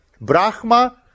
Brahma